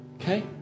okay